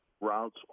routes